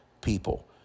people